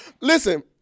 Listen